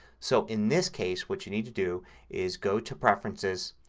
so in this case what you need to do is go to preferences,